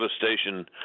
devastation